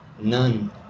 none